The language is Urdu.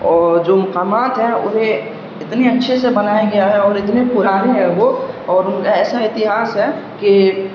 اور جو مقامات ہیں انہے اتنے اچھے سے بنایا گیا ہے اور اتنے پرانے ہیں وہ اور ان کا ایسا اتیہاس ہے کہ